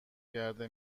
کرده